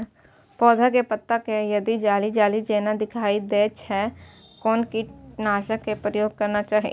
पोधा के पत्ता पर यदि जाली जाली जेना दिखाई दै छै छै कोन कीटनाशक के प्रयोग करना चाही?